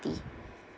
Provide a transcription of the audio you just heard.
society